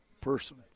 person